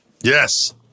Yes